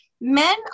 Men